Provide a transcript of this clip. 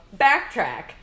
backtrack